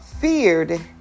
feared